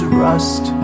rust